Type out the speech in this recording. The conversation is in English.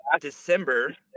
December